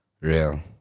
Real